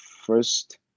first